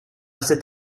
cet